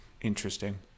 Interesting